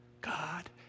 God